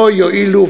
לא יועילו.